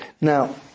Now